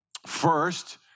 First